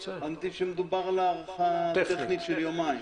אני מבין שמדובר על הארכה טכנית של יומיים.